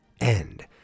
end